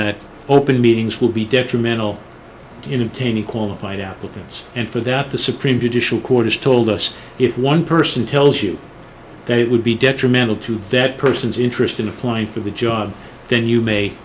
that open meetings will be detrimental in obtaining qualified applicants and for that the supreme judicial court has told us if one person tells you that it would be detrimental to that person's interest in applying for the job then you may